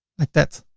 like that.